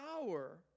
power